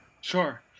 sure